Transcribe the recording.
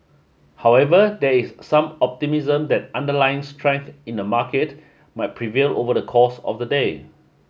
however there is some optimism that underlying strength in the market might prevail over the course of the day